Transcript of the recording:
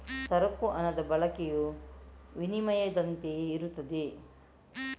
ಸರಕು ಹಣದ ಬಳಕೆಯು ವಿನಿಮಯದಂತೆಯೇ ಇರುತ್ತದೆ